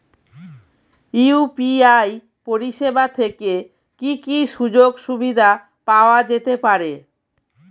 UPI পরিষেবা থেকে কি কি সুযোগ সুবিধা পাওয়া যেতে পারে?